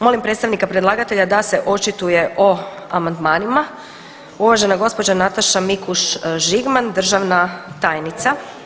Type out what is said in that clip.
Molim predstavnika predlagatelja da se očituje o amandmanima, uvažena gđa. Nataša Mikuš Žigman, državna tajnica.